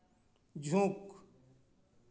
ᱡᱷᱩᱸᱠ